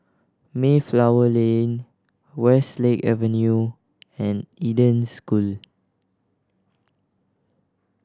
Mayflower Lane Westlake Avenue and Eden School